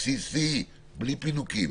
בסיסי, בלי פינוקים.